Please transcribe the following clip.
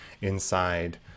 inside